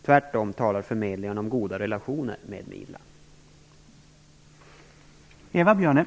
Tvärtom talar förmedlingarna om goda relationer med Midland.